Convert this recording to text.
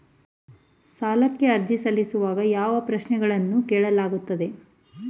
ಸಾಲಕ್ಕೆ ಅರ್ಜಿ ಸಲ್ಲಿಸುವಾಗ ಯಾವ ಪ್ರಶ್ನೆಗಳನ್ನು ಕೇಳಲಾಗುತ್ತದೆ?